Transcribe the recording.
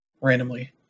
randomly